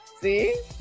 See